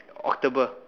October